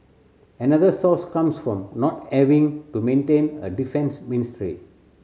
another source comes from not having to maintain a defence ministry